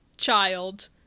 child